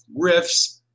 riffs